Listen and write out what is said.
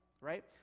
right